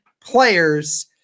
players